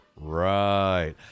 Right